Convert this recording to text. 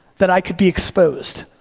that i could be exposed.